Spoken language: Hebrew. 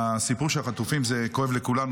הסיפור של החטופים זה כואב לכולנו,